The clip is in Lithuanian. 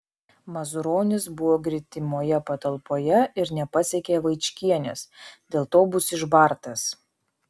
mazuronis buvo gretimoje patalpoje ir nepasiekė vaičkienės dėl to bus išbartas